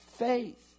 faith